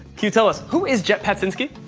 can you tell us, who is jet packinski?